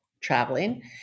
traveling